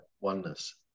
oneness